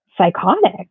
psychotic